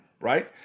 Right